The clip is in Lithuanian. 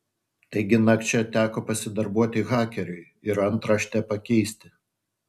taigi nakčia teko pasidarbuoti hakeriui ir antraštę pakeisti